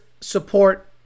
support